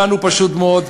דנו פשוט מאוד,